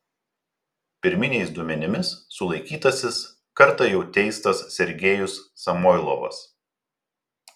pirminiais duomenimis sulaikytasis kartą jau teistas sergejus samoilovas